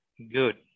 good